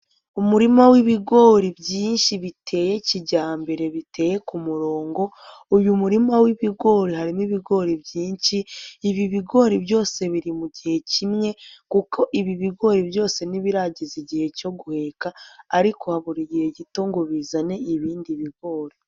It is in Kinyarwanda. Umurima w'ibigori byinshi biteye kijyambere biteye ku murongo, uyu murima w'ibigori harimo ibigori byinshi, ibi bigori byose biri mu gihe kimwe kuko ibi bigori byose ntibirageza igihe cyo guheka, ariko habura igihe gito ngo bizane ibindi bigori.